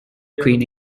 queen